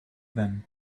then